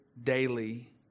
daily